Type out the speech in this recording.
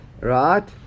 Right